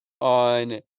on